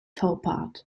towpath